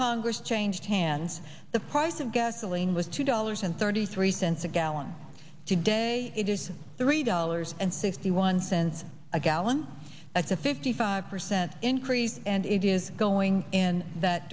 congress changed hands the price of gasoline was two dollars and thirty three cents a gallon today it is three dollars and sixty one cents a gallon at the fifty five percent increase and it is going in that